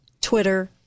twitter